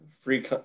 Free